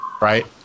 right